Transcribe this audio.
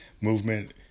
movement